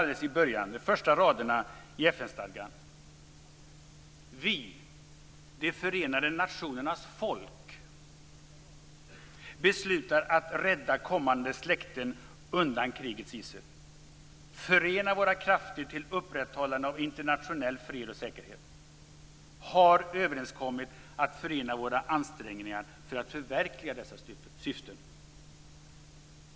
De första raderna i FN "Vi de förenade nationernas folk, beslutna att rädda kommande släkted undan krigets gissel - förena våra krafter till upprätthållande av internationell fred och säkerhet - har överenskommit att förena våra ansträngningar för att förverkliga dessa syften."